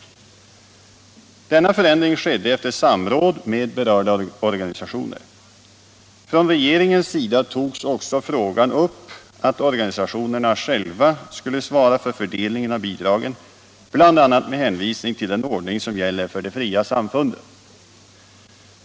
Denna förändring skedde efter samråd med berörda organisationer. Från regeringens sida togs också frågan upp att organisationerna själva skulle svara för fördelningen av bidragen, bl.a. med hänvisning till den ordning som gäller för de fria samfunden.